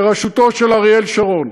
בראשותו של אריאל שרון.